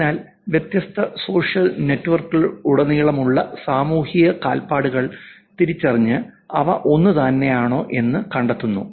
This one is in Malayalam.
അതിനാൽ വ്യത്യസ്ത സോഷ്യൽ നെറ്റ്വർക്കുകളിലുടനീളമുള്ള സാമൂഹിക കാൽപ്പാടുകൾ തിരിച്ചറിഞ്ഞു അവ ഒന്നുതന്നെയാണോ എന്ന് കണ്ടെത്തുന്നു